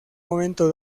momento